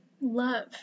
love